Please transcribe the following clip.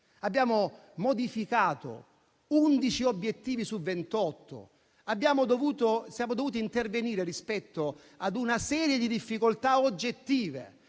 Abbiamo modificato 11 obiettivi su 28, siamo dovuti intervenire rispetto ad una serie di difficoltà oggettive.